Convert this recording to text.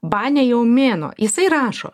bane jau mėnuo jisai rašo